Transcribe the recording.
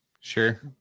Sure